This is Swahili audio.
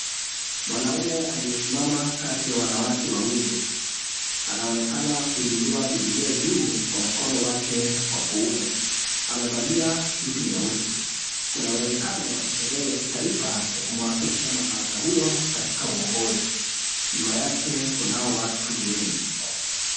Mwanaume aliyesimama kati ya wanawake wawili. Anaonekana kuinua bibilia juu kwa mkono wake wa kuume. Amevalia suti nyeusi. Kuna uwezekano ni sherehe ya kitaifa ya kumuapisha mwanaume huyo katika uongozi. Nyuma yake kunao watu wengi.